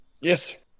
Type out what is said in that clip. Yes